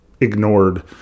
ignored